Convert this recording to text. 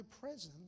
presence